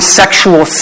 sexual